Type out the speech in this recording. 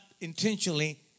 intentionally